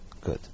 good